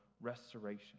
restoration